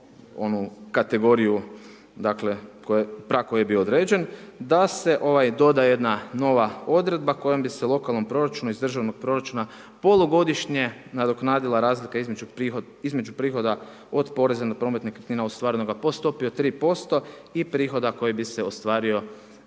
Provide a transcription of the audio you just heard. onu kategoriju prag koje je bio određen, da se ovoj doda jedna nova odredba kojom bi se lokalnom proračunu iz državnog proračuna polugodišnje nadoknadila razlika između prihoda od poreza na promet nekretnina ostvarenoga po stopi od 3% i prihoda koji bi se ostvario